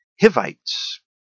hivites